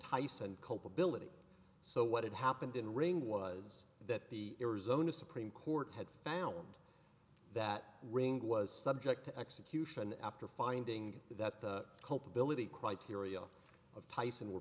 thyssen culpability so what had happened in rain was that the arizona supreme court had found that ring was subject to execution after finding that culpability criteria of tyson were